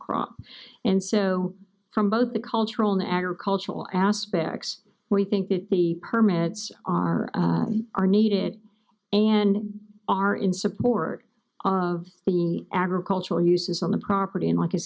crop and so from both the cultural the agricultural aspects we think that the permits are needed and are in support of the agricultural uses on the property and like